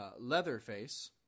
Leatherface